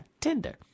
Tinder